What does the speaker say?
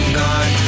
gone